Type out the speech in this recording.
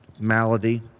malady